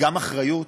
גם אחריות